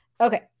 Okay